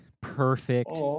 perfect